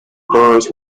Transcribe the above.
burns